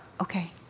Okay